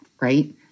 right